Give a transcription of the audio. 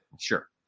Sure